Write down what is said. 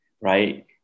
right